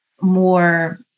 more